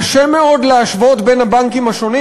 קשה מאוד להשוות בין הבנקים השונים.